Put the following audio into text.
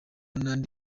n’andi